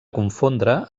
confondre